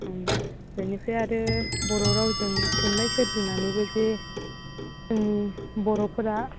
बेनिफ्राय आरो बर' रावजों थुनलाइ सोरजिनानैबो जे बर'फोरा